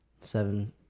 Seven